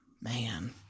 Man